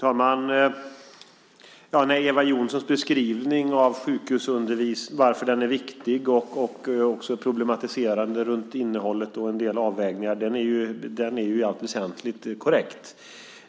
Fru talman! Eva Johnssons beskrivning av sjukhusundervisningen och varför den är viktig, hennes problematiserande runt innehållet och en del avvägningar är i allt väsentligt korrekt.